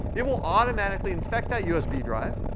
it will automatically infect that usb drive.